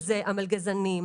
אלה המלגזנים,